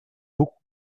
beaucoup